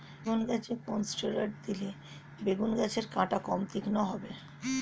বেগুন গাছে কোন ষ্টেরয়েড দিলে বেগু গাছের কাঁটা কম তীক্ষ্ন হবে?